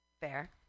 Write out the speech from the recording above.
Fair